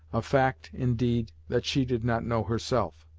a fact, indeed, that she did not know herself.